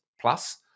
plus